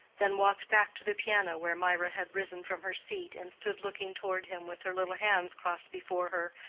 then walked back to the piano, where mirah had risen from her seat and stood looking toward him with her little hands crossed before her,